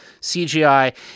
CGI